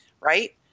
right